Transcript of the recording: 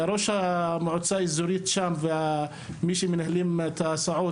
ראש המועצה האזורית ומנהלי חברת ההסעות,